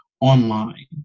online